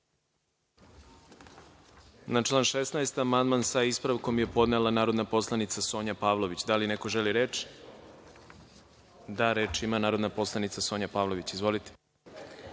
Na član 16. amandman, sa ispravkom, je podnela narodna poslanica Sonja Pavlović. Da li neko želi reč? Da. Reč ima narodna poslanica Sonja Pavlović. Izvolite.